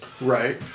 right